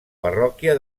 parròquia